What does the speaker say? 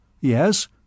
Yes